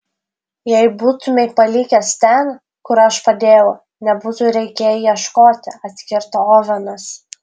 jei būtumei palikęs ten kur aš padėjau nebūtų reikėję ieškoti atkirto ovenas